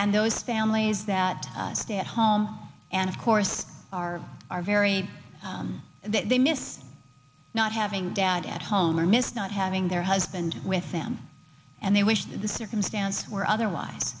and those families that stay at home and of course are are very they miss not having dad at home or miss not having their husband with them and they wish that the circumstance were otherwise